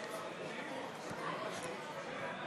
בעד.